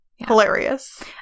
Hilarious